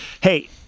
hey